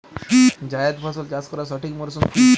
জায়েদ ফসল চাষ করার সঠিক মরশুম কি?